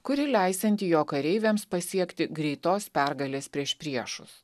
kuri leisianti jo kareiviams pasiekti greitos pergalės prieš priešus